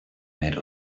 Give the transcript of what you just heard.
made